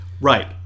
right